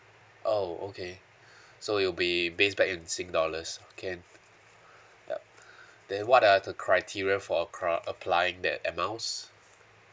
oh okay so it'll be based back in SING dollars can yup then what are the criteria for a cri~ applying that air miles